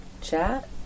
chat